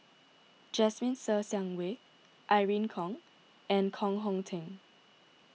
Jasmine Ser Xiang Wei Irene Khong and Koh Hong Teng